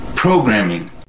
programming